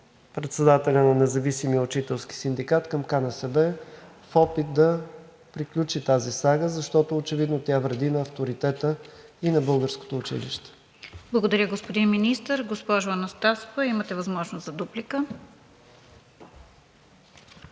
председателя на Независимия учителски синдикат към КНСБ в опит да приключи тази сага, защото очевидно тя вреди на авторитета на българското училище. ПРЕДСЕДАТЕЛ РОСИЦА КИРОВА: Благодаря, господин Министър. Госпожо Анастасова, имате възможност за дуплика.